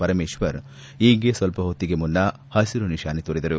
ಪರಮೇಶ್ವರ್ ಈಗ್ಗೆ ಸ್ವಲ್ಪ ಹೊತ್ತಿಗೆ ಮುನ್ನಾ ಹಸಿರು ನಿಶಾನೆ ತೋರಿದರು